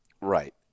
Right